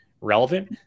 relevant